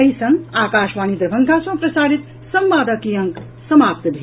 एहि संग आकाशवाणी दरभंगा सँ प्रसारित संवादक ई अंक समाप्त भेल